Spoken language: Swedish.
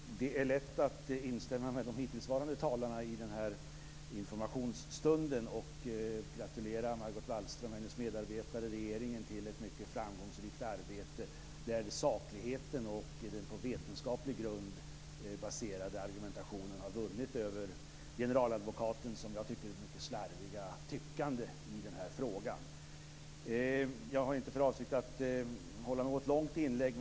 Herr talman! Det är lätt att instämma med de hittillsvarande talarna i denna informationsstund, och gratulera Margot Wallström och hennes medarbetare i regeringen till ett mycket framgångsrikt arbete. Sakligheten och den på vetenskaplig grund baserade argumentationen har vunnit över generaladvokatens i mitt tycke mycket slarviga tyckande i frågan. Jag har inte för avsikt att hålla något långt inlägg.